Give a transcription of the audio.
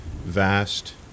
Vast